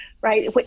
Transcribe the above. right